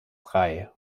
drei